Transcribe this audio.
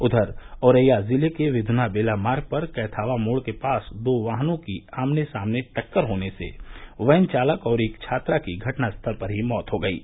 उधर औरैया जिले के विध्ना बेला मार्ग पर कैथावा मोड़ के पास दो वाहनों की आमने सामने टक्कर होने से वैन चालक और एक छात्रा की घटनास्थल पर ही मौत हो गयी